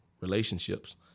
relationships